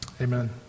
Amen